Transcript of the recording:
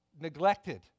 neglected